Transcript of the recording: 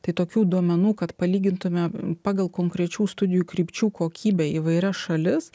tai tokių duomenų kad palygintume pagal konkrečių studijų krypčių kokybę įvairias šalis